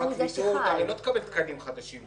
הפרקליטות הרי לא תקבל תקנים חדשים,